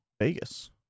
vegas